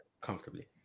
Comfortably